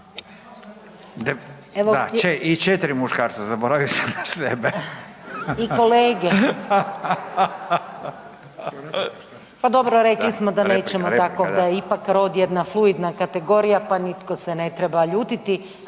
Da i 4 muškarca, zaboravio sam na sebe. **Borić, Rada (NL)** I kolege. Pa dobro rekli smo da nećemo tako da je ipak rod jedna fluidna kategorija, pa nitko se ne treba ljutiti.